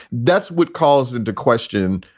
that's what calls into question.